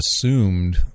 assumed